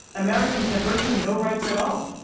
americans have virtually no rights at all.